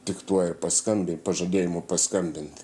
tik tuo ir paskambi pažadėjimu paskambinti